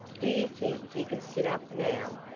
do you think you can sit up now?